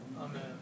Amen